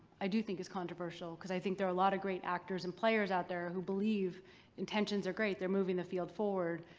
i do think is controversial, because i think there are a lot of great actors and players out there who believe their intentions are great. they're moving the field forward,